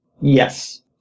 Yes